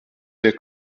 der